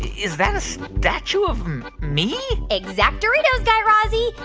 is that a statue of me? exactdoritos, guy razzie. but